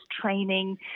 training